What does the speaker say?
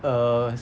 err